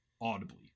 audibly